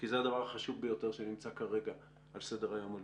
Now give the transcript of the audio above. כי זה הדבר החשוב ביותר שנמצא כרגע על סדר היום הלאומי.